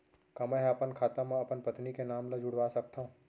का मैं ह अपन खाता म अपन पत्नी के नाम ला जुड़वा सकथव?